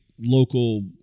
local